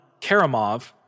Karamov